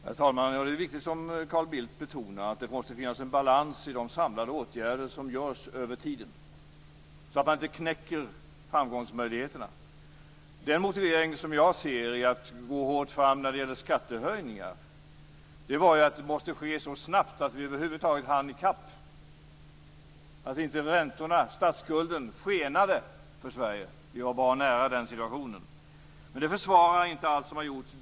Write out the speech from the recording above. Herr talman! Det är riktigt, som Carl Bildt betonar, att det måste finnas en balans i de samlade åtgärder som vidtas över tiden, så att man inte knäcker framgångsmöjligheterna. Den motivering jag såg till att gå hårt fram med skattehöjningar var att det måste ske så snabbt att vi över huvud taget hann i kapp, så att inte räntorna och statsskulden skenade för Sverige. Vi var bra nära den situationen. Det försvarar inte allt som gjorts.